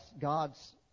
God's